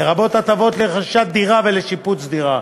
לרבות הטבות לרכישת דירה ולשיפוץ דירה,